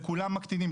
לכולם מקטינים.